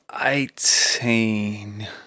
Eighteen